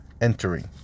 entering